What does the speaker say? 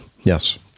yes